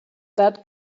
that